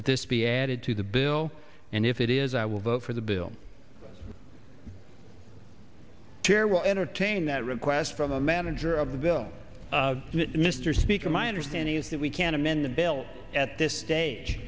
this be added to the bill and if it is i will vote for the bill chair will entertain that request from the manager of the bill mr speaker my understanding is that we can amend the bill at this stage